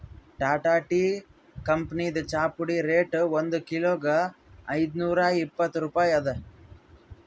Tata tea ಕಂಪನಿದ್ ಚಾಪುಡಿ rate ಒಂದ್ ಕಿಲೋಗಾ ಐದ್ನೂರಾ ಇಪ್ಪತ್ತ್ ರೂಪಾಯಿ ಅದಾ